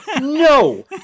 no